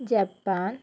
Japan